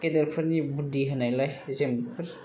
गेदेरफोरनि बुद्दि होनायलाय जों बेफोर